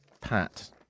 Pat